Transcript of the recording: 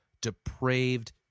depraved